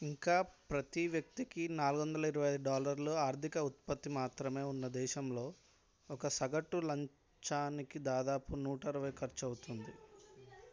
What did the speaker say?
ఇంక ప్రతీ వ్యక్తికి నాలుగు వందల ఇరవై ఐదు డాలర్లు ఆర్థిక ఉత్పత్తి మాత్రమే ఉన్న దేశంలో ఒక సగటు లంచానికి దాదాపు నూట అరవై ఖర్చు అవుతుంది